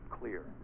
clear